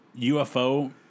UFO